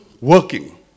working